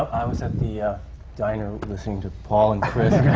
i was at the diner listening to paul and chris